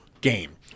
game